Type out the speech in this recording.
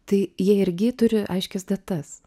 tai jie irgi turi aiškias datas